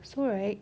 so right